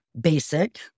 basic